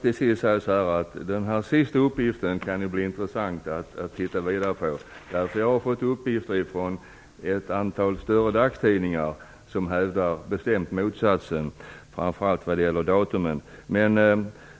Fru talman! Den sista upplysningen kan vara intressant att titta vidare på. Jag har nämligen fått uppgifter om att ett antal stora dagstidningar bestämt hävdar motsatsen. Framför allt gäller andra datum.